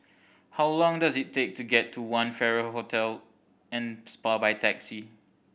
how long does it take to get to One Farrer Hotel and Spa by taxi